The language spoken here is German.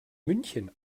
münchen